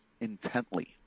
intently